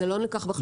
זה לא נלקח בחשבון.